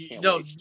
no